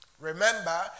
Remember